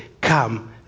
come